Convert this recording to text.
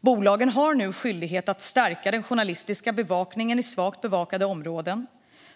Bolagen har nu skyldighet att stärka den journalistiska bevakningen i svagt bevakade områden.